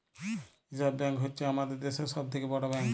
reserve bank হ্য়চ্ছ হামাদের দ্যাশের সব থেক্যে বড় ব্যাঙ্ক